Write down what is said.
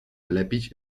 lepić